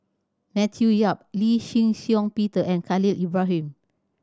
Matthew Yap Lee Shih Shiong Peter and Khalil Ibrahim